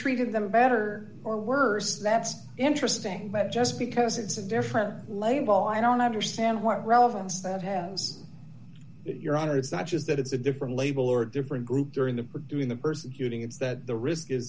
treated them better or worse that's interesting but just because it's a different label i don't understand what relevance that has your honor it's not just that it's a different label or a different group during the day when the person getting it is that the risk is